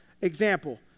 Example